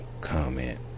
comment